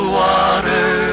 water